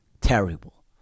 terrible